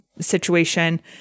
situation